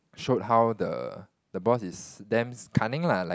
showed how the the boss is damn cunning lah like